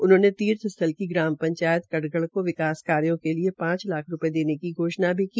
उन्होंने तीर्थस्थल की ग्राम पंचायत कठगढ़ को विकास कार्यो के लिये पांच लाख रूपये देने की घोषणा भी की